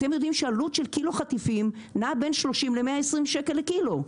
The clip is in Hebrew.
אתם יודעים שעלות של קילו חטיפים נע בין 30 ל-120 שקל לקילו,